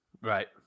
right